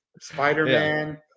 Spider-Man